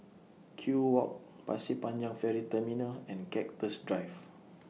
Kew Walk Pasir Panjang Ferry Terminal and Cactus Drive